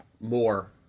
more